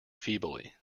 feebly